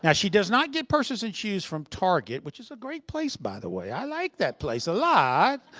yeah she does not get purses and shoes from target, which is a great place by the way. i like that place a lot.